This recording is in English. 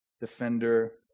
defender